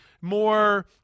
more